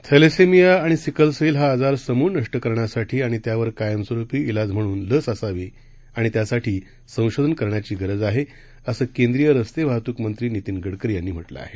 थॅलेसेमियाआणिसीकलसेलहाआजारसमूळनष्टकरण्यासाठीआणित्यावरकायमस्वरूपी इलाजम्हणूनलसअसावीआणित्यासाठीसंशोधनकरण्याचीगरजआहे असंकेंद्रीयरस्तेवाहतूकमंत्रीनितीनगडकरीयांनीम्हटलंआहे